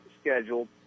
scheduled